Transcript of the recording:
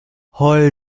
heul